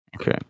Okay